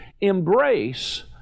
embrace